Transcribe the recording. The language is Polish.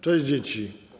Cześć, dzieci.